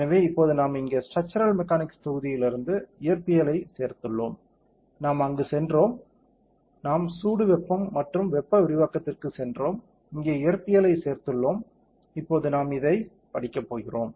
எனவே இப்போது நாம் இங்கே ஸ்ட்ராச்சரல் மெக்கானிக்ஸ் தொகுதியிலிருந்து இயற்பியலைச் சேர்த்துள்ளோம் நாம் அங்கு சென்றோம் நாம் சூடு வெப்பம் மற்றும் வெப்ப விரிவாக்கத்திற்குச் சென்றோம் இங்கே இயற்பியலைச் சேர்த்துள்ளோம் இப்போது நாம் இதை படிக்கப் போகிறோம்